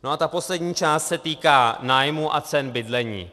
No a ta poslední část se týká nájmů a cen bydlení.